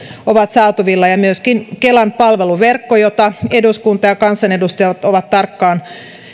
ovat saatavilla ja myöskin kelan palveluverkko jota eduskunta ja kansanedustajat ovat tarkkaan